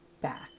back